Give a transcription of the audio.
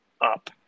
up